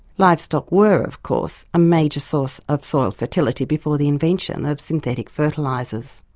livestock were, of course, a major source of soil fertility before the invention of synthetic fertilisers.